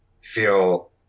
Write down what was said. feel